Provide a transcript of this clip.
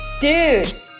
Dude